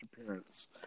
appearance